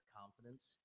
confidence